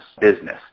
business